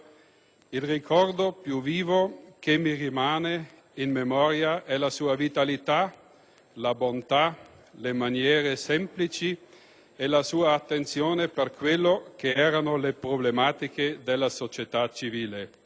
il ricordo più vivo che mi rimane in memoria è la sua vitalità, la bontà, le maniere semplici e la sua attenzione per le problematiche della società civile;